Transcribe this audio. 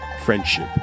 Friendship